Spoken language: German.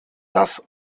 das